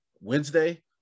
Wednesday